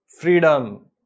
freedom